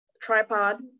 Tripod